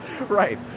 right